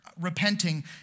repenting